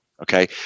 Okay